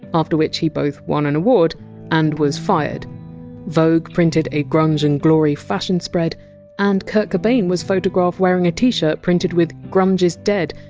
after which he both won an award and was fired vogue printed a! grunge and glory! fashion spread and kurt cobain was photographed wearing a t-shirt printed with! grunge is dead,